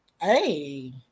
Hey